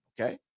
Okay